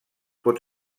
pot